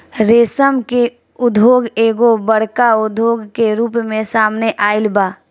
रेशम के उद्योग एगो बड़का उद्योग के रूप में सामने आइल बा